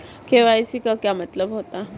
KYC का क्या मतलब होता है?